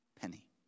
penny